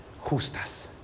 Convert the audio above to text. justas